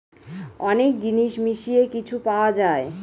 অনেক জিনিস মিশিয়ে কিছু পাওয়া যায়